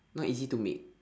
not easy to make